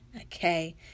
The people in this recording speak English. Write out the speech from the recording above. Okay